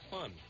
fun